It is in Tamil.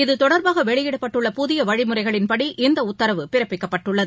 இதுதொடர்பாக வெளியிடப்பட்டுள்ள புதிய வழிமுறைகளின்படி இந்த உத்தரவு பிறப்பிக்கப்பட்டுள்ளது